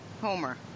Homer